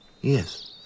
Yes